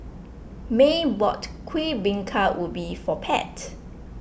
Maye bought Kuih Bingka Ubi for Pat